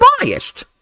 biased